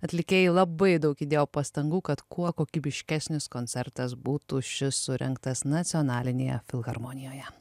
atlikėjai labai daug įdėjo pastangų kad kuo kokybiškesnis koncertas būtų šis surengtas nacionalinėje filharmonijoje